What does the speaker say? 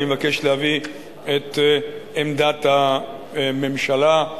אני מבקש להביא את עמדת הממשלה,